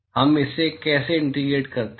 हम इसे कैसे इंटीग्रेट करते हैं